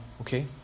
okay